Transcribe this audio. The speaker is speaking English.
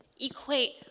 equate